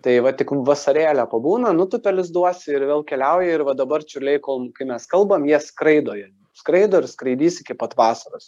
tai va tik vasarėlę pabūna nutupia lizduose ir vėl keliauja ir va dabar čiurliai kol kai mes kalbam jie skraido jie skraido ir skraidys iki pat vasaros